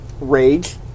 rage